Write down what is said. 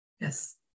yes